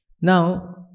Now